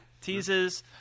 teases